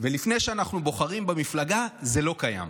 לפני שאנחנו בוחרים במפלגה, זה לא קיים.